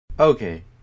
Okay